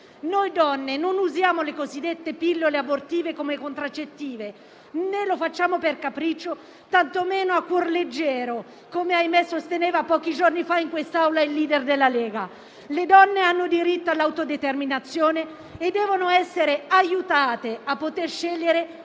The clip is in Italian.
Noi donne non usiamo le cosiddette pillole abortive come contraccettive, né lo facciamo per capriccio, tantomeno a cuor leggero, come ahimè sosteneva pochi giorni fa in quest'Aula il *leader* della Lega. Le donne hanno diritto all'autodeterminazione e devono essere aiutate a poter scegliere